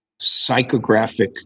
psychographic